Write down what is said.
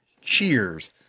Cheers